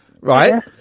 right